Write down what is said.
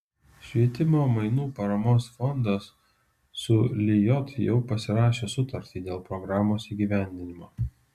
švietimo mainų paramos fondas su lijot jau pasirašė sutartį dėl programos įgyvendinimo